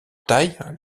taille